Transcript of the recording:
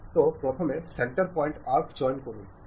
তো প্রথমে সেন্টার পয়েন্টে আর্ক চয়ন করুন